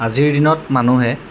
আজিৰ দিনত মানুহে